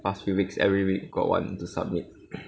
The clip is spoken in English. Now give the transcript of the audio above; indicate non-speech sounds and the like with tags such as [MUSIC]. past few weeks every week got one to submit [COUGHS]